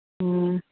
ᱦᱮᱸ